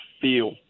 feel